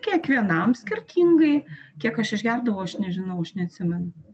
kiekvienam skirtingai kiek aš išgerdavau aš nežinau aš neatsimenu